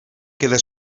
queda